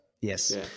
Yes